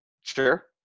sure